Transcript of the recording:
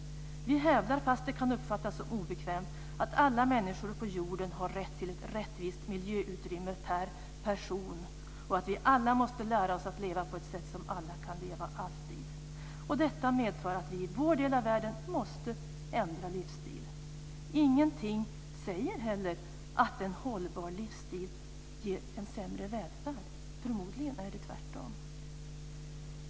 Vi hävdar, fast det kan uppfattas som obekvämt, att alla människor på jorden har rätt till ett rättvist miljöutrymme per person och att vi alla måste lära oss att leva på ett sätt så att alla kan leva alltid. Detta medför att vi i vår del av världen måste ändra livsstil. Ingenting säger heller att en hållbar livsstil ger en sämre välfärd, förmodligen är det tvärtom.